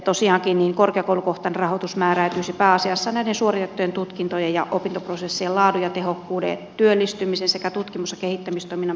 tosiaankin korkeakoulukohtainen rahoitus määräytyisi pääasiassa näiden suoritettujen tutkintojen ja opintoprosessien laadun ja tehokkuuden työllistymisen sekä tutkimus ja kehittämistoiminnan perusteella